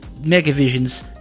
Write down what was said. MegaVision's